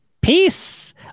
Peace